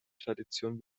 tradition